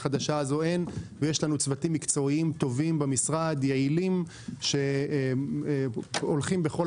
ויש לנו צוותים טובים ויעילים במשרד שהולכים בכל